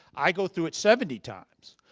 i go through it seventy times.